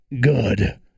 good